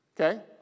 Okay